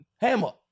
Hammer